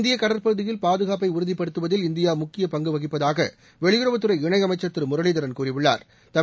இந்திய கடற்பகுதியில் பாதுகாப்பை உறுதிபடுத்துவதில் இந்தியா முக்கிய பங்கு வகிப்பதாக வெளியுறவுத்துறை இணையமைச்சா் திரு முரளிதரன் கூறியுள்ளாா்